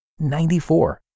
94